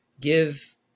give